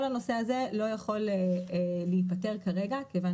כל הנושא הזה לא יכול להיפתר כרגע מכיוון